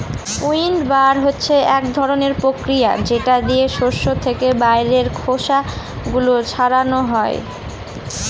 উইন্ডবার হচ্ছে এক ধরনের প্রক্রিয়া যেটা দিয়ে শস্য থেকে বাইরের খোসা গুলো ছাড়ানো হয়